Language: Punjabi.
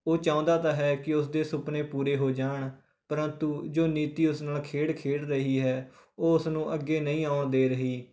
ਉਹ ਚਾਹੁੰਦਾ ਤਾਂ ਹੈ ਕਿ ਉਸ ਦੇ ਸੁਪਨੇ ਪੂਰੇ ਹੋ ਜਾਣ ਪਰੰਤੂ ਜੋ ਨੀਤੀ ਉਸ ਨਾਲ ਖੇਡ ਖੇਡ ਰਹੀ ਹੈ ਉਹ ਉਸ ਨੂੰ ਅੱਗੇ ਨਹੀਂ ਆਉਣ ਦੇ ਰਹੀ